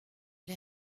les